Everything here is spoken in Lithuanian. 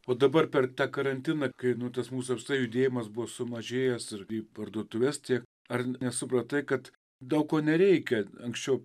o dabar per karantiną kai tas mūsų apskritai judėjimas buvo sumažėjęs ir į parduotuves tiek ar nesupratai kad daug ko nereikia anksčiau